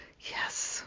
Yes